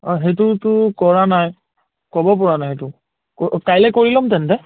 অঁ সেইটোতো কৰা নাই ক'ব পৰা নাই সেইটো ক কাইলৈ কৰি ল'ম তেন্তে